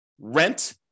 rent